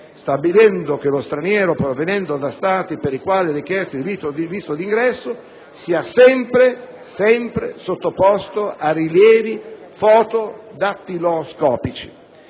stabilendo che lo straniero proveniente da Stati per i quali è richiesto il visto d'ingresso sia sempre sottoposto a rilievi fotodattiloscopici.